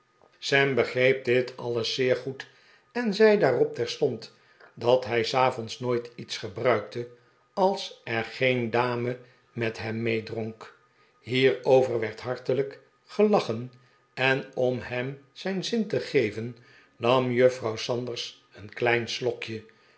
sam begreep dit alles zeer goed en zei daar op terstond dat hij s avonds nooit iets gebruikte als er geen dame met hem meedronk hierover werd hartelijk gelachen en om hem zijnzin te geven nam juffrouw sanders een klein slokje